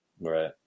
Right